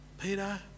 Peter